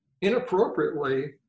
inappropriately